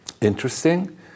interesting